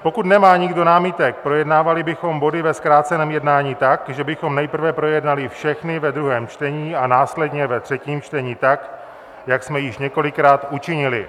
Pokud nemá nikdo námitek, projednávali bychom body ve zkráceném jednání tak, že bychom nejprve projednali všechny ve druhém čtení a následně ve třetím čtení, tak jak jsme již několikrát učinili.